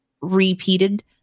repeated